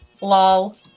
lol